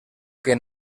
que